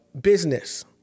business